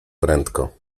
prędko